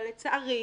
אבל לצערי,